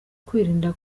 kwirinda